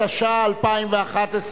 התשע"א 2011,